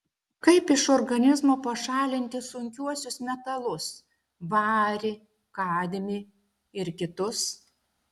kaip iš organizmo pašalinti sunkiuosius metalus varį kadmį ir kitus